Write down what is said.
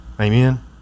amen